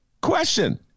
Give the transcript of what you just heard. question